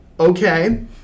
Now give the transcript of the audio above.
Okay